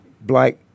black